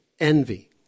Envy